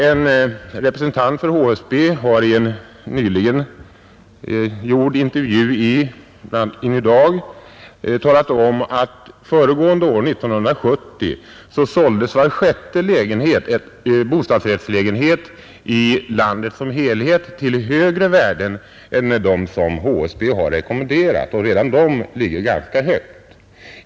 En representant för HSB har i en nyligen gjord intervju i bl.a. Ny Dag talat om att föregående år, 1970, såldes var sjätte bostadsrättslägenhet i landet som helhet till högre värden än de som HSB har rekommenderat — och redan de ligger ganska högt.